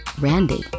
Randy